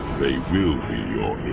they will be